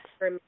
Yes